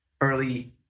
early